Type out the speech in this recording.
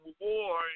war